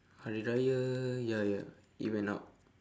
hari-raya ya ya he went out